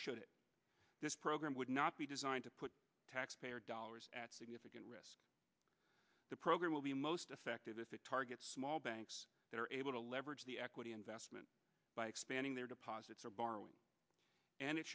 should this program would not be designed to put taxpayer dollars at significant risk the program will be most effective if it targets small banks that are able to leverage the equity investment by expanding their deposits are borrowing and it